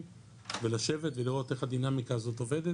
ולשבת ולראות איך הדינמיקה הזאת עובדת,